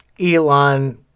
Elon